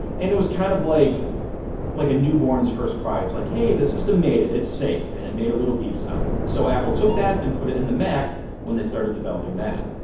and it was kind of like like a newborn's first cry, it's like hey, the system made it, it's safe and it made a little beep sound. so apple took that and put it in the mac when they started developing that.